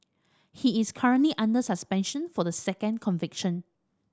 he is currently under suspension for the second conviction